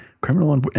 criminal